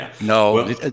no